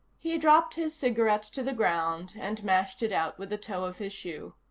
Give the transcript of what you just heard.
he dropped his cigarette to the ground and mashed it out with the toe of his shoe.